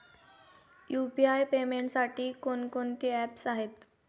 UPI पेमेंटसाठी कोणकोणती apps आहेत?